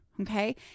Okay